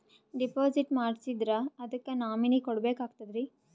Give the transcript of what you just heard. Deposit ಮಾಡ್ಸಿದ್ರ ಅದಕ್ಕ nominee ಕೊಡಬೇಕಾಗ್ತದ್ರಿ?